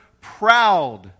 proud